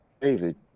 David